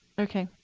ok.